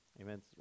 Amen